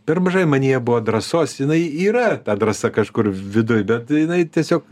per mažai manyje buvo drąsos jinai yra ta drąsa kažkur viduj bet jinai tiesiog